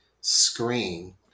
screen